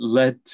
led